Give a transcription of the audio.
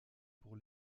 pour